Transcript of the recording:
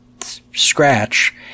scratch